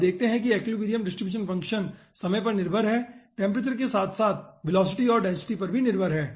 आप देखते हैं कि एक्विलिब्रियम डिस्ट्रीब्यूशन फंक्शन समय पर निर्भर है टेम्परेचर के साथ साथ वेलोसिटी और डेंसिटी पर भी निर्भर है